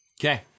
Okay